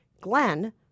Glenn